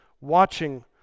watching